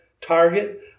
target